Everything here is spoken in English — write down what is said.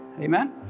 Amen